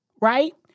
Right